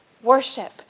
worship